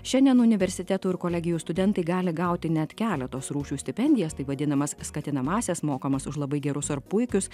šiandien universitetų ir kolegijų studentai gali gauti net keletos rūšių stipendijas taip vadinamas skatinamąsias mokamas už labai gerus ar puikius